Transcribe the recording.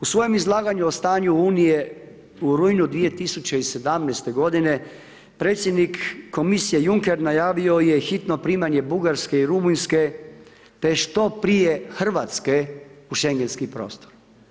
O svojem izlaganju o stanju Unije u rujnu 2017. godine predsjednik Komisije Juncker najavio je hitno primanje Bugarske i Rumunjske, te što prije Hrvatske u Schengenski prostor.